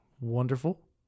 wonderful